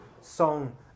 Song